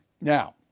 Now